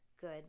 Good